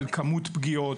על כמות פגיעות,